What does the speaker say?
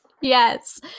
Yes